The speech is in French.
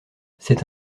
c’est